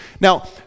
Now